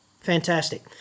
fantastic